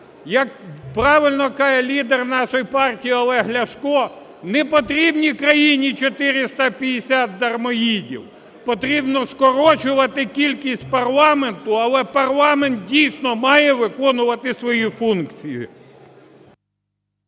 як правильно каже лідер нашої партії Олег Ляшко, не потрібні країні 450 дармоїдів, потрібно скорочувати кількість парламенту, але парламент дійсно має виконувати свої функції.